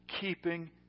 keeping